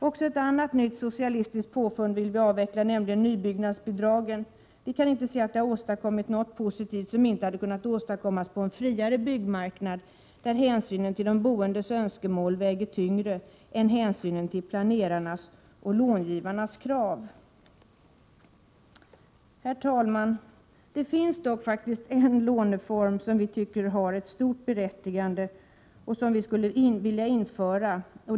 Också ett annat nytt socialistiskt påfund vill vi avveckla, nämligen nybyggnadsbidragen. Vi kan inte se att de har åstadkommit något positivt som inte hade kunnat åstadkommas på en friare byggmarknad där hänsynen till de boendes önskemål väger tyngre än hänsynen till planerarnas och långivarnas krav. Herr talman! Det finns faktiskt en låneform som vi tycker har stort berättigande och som vi skulle vilja införa.